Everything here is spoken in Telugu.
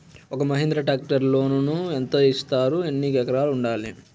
ఒక్క మహీంద్రా ట్రాక్టర్కి లోనును యెంత ఇస్తారు? ఎన్ని ఎకరాలు ఉండాలి?